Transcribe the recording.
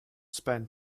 spent